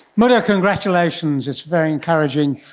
but congratulations, it's very encouraging.